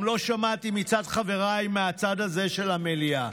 גם לא שמעתי מצד חבריי מהצד הזה של המליאה.